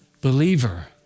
Believer